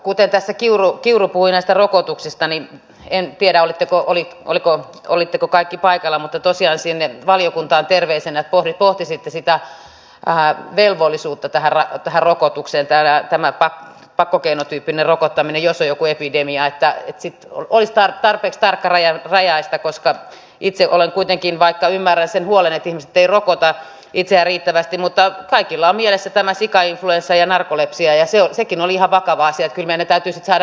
kuten tässä kiuru puhui näistä rokotuksista niin en tiedä olitteko kaikki paikalla mutta tosiaan sinne valiokuntaan terveisenä että pohtisitte sitä velvollisuutta tähän rokotukseen tällaista pakkokeinotyyppistä rokottamista jos on joku epidemia että se olisi tarpeeksi tarkkarajaista koska vaikka kuitenkin ymmärrän sen huolen että ihmiset eivät rokota itseään riittävästi niin kaikilla on mielessä tämä sikainfluenssa ja narkolepsia ja se on sekin oli vakava nekin olivat ihan vakavia asioita